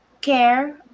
care